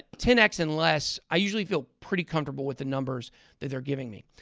ten x and less, i usually feel pretty comfortable with the numbers that they're giving me.